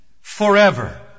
forever